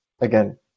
again